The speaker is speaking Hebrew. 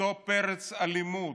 אותו פרץ אלימות,